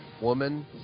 Woman